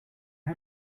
how